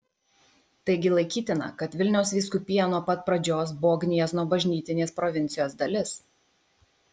taigi laikytina kad vilniaus vyskupija nuo pat pradžios buvo gniezno bažnytinės provincijos dalis